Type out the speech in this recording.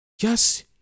yes